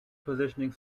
positioning